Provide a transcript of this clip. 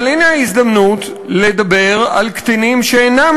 אבל הנה ההזדמנות לדבר על קטינים שאינם